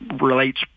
relates